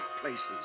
places